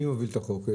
מי הוביל את החוק?